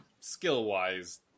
Skill-wise